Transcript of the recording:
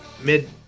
mid